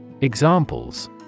Examples